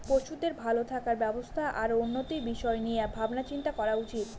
পশুদের ভালো থাকার ব্যবস্থা আর উন্নতির বিষয় নিয়ে ভাবনা চিন্তা করা উচিত